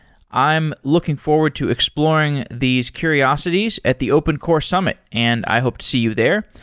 i'm looking forward to explor ing these curiosities at the open core summ it and i hope to see you there.